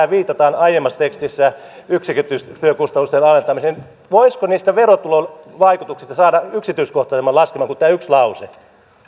viitataan aiemmassa tekstissä yksikkötyökustannusten alentamiseen voisiko niistä verotulovaikutuksista saada yksityiskohtaisemman laskelman kuin tämä yksi lause